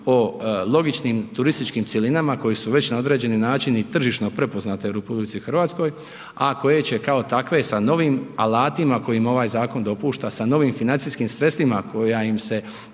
o logičnim turističkim cjelinama koje su već na određeni način i tržišno prepoznate u RH, a koje će kao takve sa novim alatima koje im ovaj zakon dopušta, sa novim financijskim sredstvima koja im